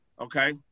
okay